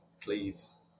Please